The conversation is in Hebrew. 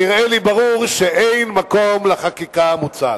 נראה לי ברור שאין מקום לחקיקה המוצעת.